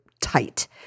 tight